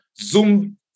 Zoom